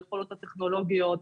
היכולות הטכנולוגיות,